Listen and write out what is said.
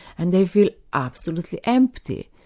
and they feel absolutely empty.